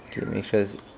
okay make sure